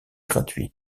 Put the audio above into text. gratuits